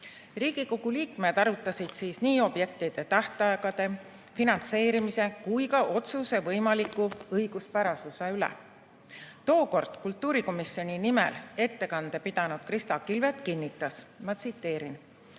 Riigikogu liikmed arutasid nii objektide tähtaegade, finantseerimise kui ka otsuse õiguspärasuse üle. Tookord kultuurikomisjoni nimel ettekande pidanud Krista Kilvet kinnitas, ma tsiteerin: